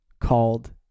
called